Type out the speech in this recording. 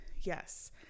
Yes